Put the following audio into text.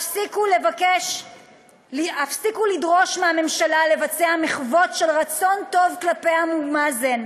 הפסיקו לדרוש מהממשלה לעשות מחוות של רצון טוב כלפי אבו מאזן,